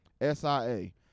S-I-A